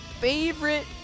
favorite